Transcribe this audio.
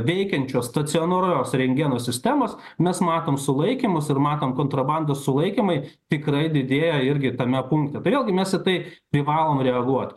veikiančios stacionarios rentgeno sistemos mes matom sulaikymus ir matom kontrabandos sulaikymai tikrai didėja irgi tame punkte tai vėlgi mes į tai privalom reaguot